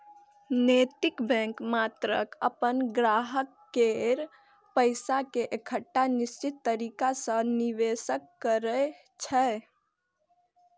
नैतिक बैंक मात्र अपन ग्राहक केर पैसा कें एकटा निश्चित तरीका सं निवेश करै छै